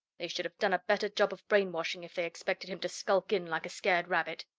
they should have done a better job of brainwashing, if they expected him to skulk in like a scared rabbit!